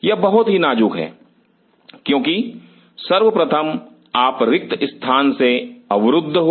यह बहुत ही नाजुक है क्योंकि सर्वप्रथम आप रिक्त स्थान से अवरुद्ध हो